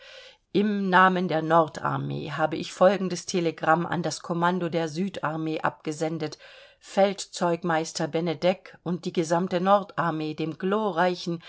im namen der nord armee habe ich folgendes telegramm an das kommando der süd armee abgesendet feldzeugmeister benedek und die gesamte nord armee dem glorreichen